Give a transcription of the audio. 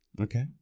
okay